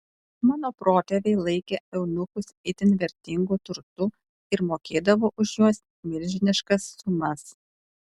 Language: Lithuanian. mano protėviai laikė eunuchus itin vertingu turtu ir mokėdavo už juos milžiniškas sumas